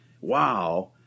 Wow